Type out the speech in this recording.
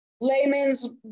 layman's